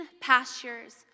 pastures